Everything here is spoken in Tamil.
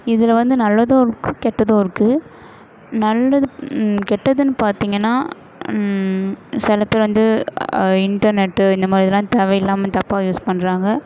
இதில் வந்து நல்லதும் இருக்குது கெட்டதும் இருக்குது நல்லது கெட்டதுன்னு பார்த்திங்கன்னா சில பேர் வந்து இண்டர்நெட்டு இந்த மாதிரி இதெலாம் தேவையில்லாமல் தப்பாக யூஸ் பண்ணுறாங்க